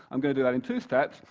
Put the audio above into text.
i'm going to do that in two steps.